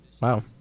Wow